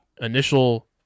initial